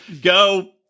go